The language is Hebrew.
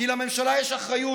כי לממשלה יש אחריות,